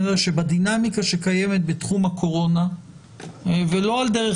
בדינמיקה שקיימת בתחום הקורונה ולא על דרך